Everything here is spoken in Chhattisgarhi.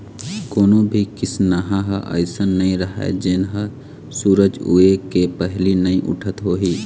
कोनो भी किसनहा ह अइसन नइ राहय जेन ह सूरज उए के पहिली नइ उठत होही